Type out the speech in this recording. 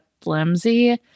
flimsy